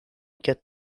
get